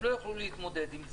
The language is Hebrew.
הם לא יכולים להתמודד עם זה.